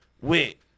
wait